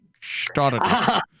started